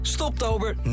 Stoptober